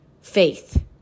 faith